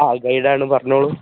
ആ ഗൈഡാണ് പറഞ്ഞോളൂ